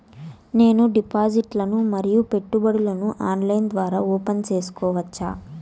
నేను డిపాజిట్లు ను మరియు పెట్టుబడులను ఆన్లైన్ ద్వారా ఓపెన్ సేసుకోవచ్చా?